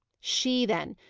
she, then.